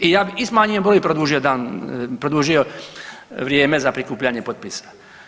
I ja i smanjujem broj i produžio vrijeme za prikupljanje potpisa.